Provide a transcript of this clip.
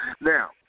Now